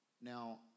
Now